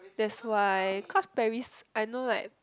that's why cause Paris I know like